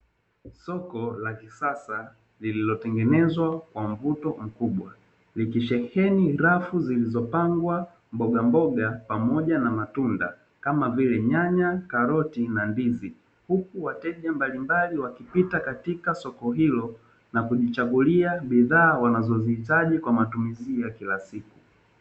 Soko la kisasa lililotengenezwa kwa mvuto mkubwa, vikisheheni rafu zilizopangwa mbogamboga pamoja na matunda kama vile: nyanya, karoti na ndizi. Huku wateja mbalimbali wakipita katika soko hilo na kujichagulia bidhaa wanazoziitaji kwa matumizi ya kila siku.